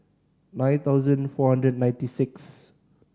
nine thousand four hundred ninety six